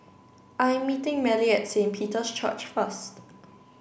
I'm meeting Mallie at Saint Peter's Church first